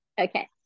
Okay